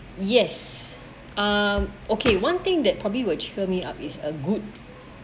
yes um okay one thing that probably which cheer me up is a good